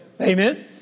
Amen